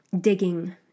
digging